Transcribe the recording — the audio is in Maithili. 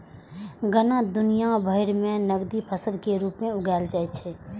गन्ना दुनिया भरि मे नकदी फसल के रूप मे उगाएल जाइ छै